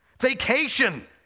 vacation